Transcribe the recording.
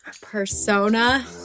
persona